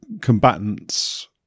combatants